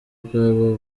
bwabo